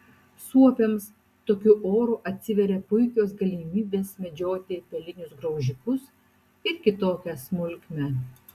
suopiams tokiu oru atsiveria puikios galimybės medžioti pelinius graužikus ir kitokią smulkmę